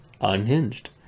unhinged